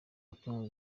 butumwa